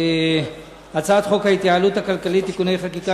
הצעת חוק ההתייעלות הכלכלית (תיקוני חקיקה